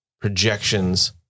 projections